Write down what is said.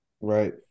Right